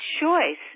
choice